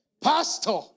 Pastor